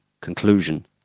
conclusion